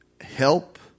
Help